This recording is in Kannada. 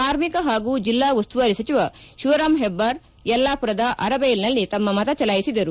ಕಾರ್ಮಿಕ ಹಾಗೂ ಜಿಲ್ಲಾ ಉಸ್ತುವಾರಿ ಸಚಿವ ಕಿವರಾಮ್ ಹೆಬ್ಬಾರ್ ಯಲ್ಲಾಪುರದ ಅರಬೈಲ್ನಲ್ಲಿ ತಮ್ಮ ಮತ ಚಲಾಯಿಸಿದರು